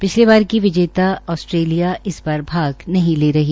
पिछले बारी की विजेता आस्ट्रेलिया इस बार भाग नहीं ने रहा